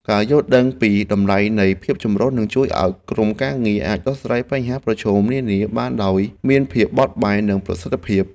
ការយល់ដឹងពីតម្លៃនៃភាពចម្រុះនឹងជួយឱ្យក្រុមការងារអាចដោះស្រាយបញ្ហាប្រឈមនានាបានដោយមានភាពបត់បែននិងប្រសិទ្ធភាព។